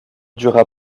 dura